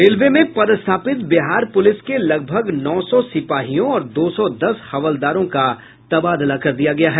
railway में पदस्थापित Bihar police के लगभग नौ सौ सिपाहियों और दो सौ दस हवलदारों का तबादला कर दिया गया है